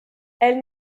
elles